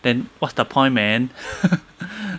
then what's the point man